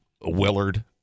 Willard